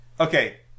Okay